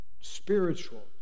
spiritual